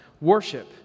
Worship